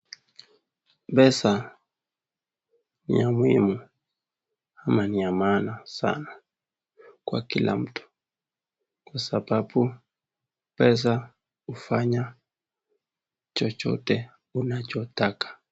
Pesa ni ya muhimu ama ni ya maana sana kwa kila mtu kwa sababu pesa ufanya chochote unachotaka.